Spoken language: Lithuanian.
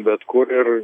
bet kur ir